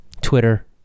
Twitter